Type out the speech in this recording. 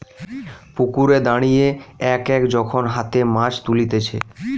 পুকুরে দাঁড়িয়ে এক এক যখন হাতে মাছ তুলতিছে